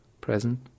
present